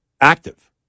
active